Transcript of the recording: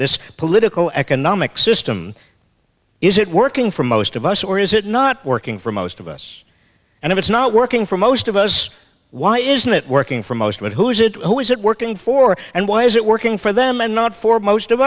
this political economic system is it working for most of us or is it not working for most of us and if it's not working for most of us why isn't it working for most with who is it who is it working for and why is it working for them and not for most of